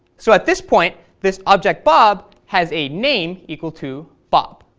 so at this point, this object bob has a name equal to bob.